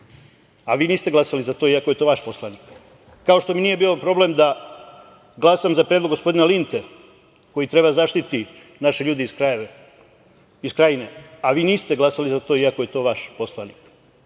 a vi niste glasali za to iako je to vaš poslanike. Kao što mi nije bio problem da glasam za predlog gospodina Linte koji želi da zaštiti naše ljude iz Krajine, a vi niste glasali za to, iako je to vaš poslanik.